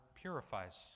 purifies